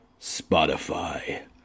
Spotify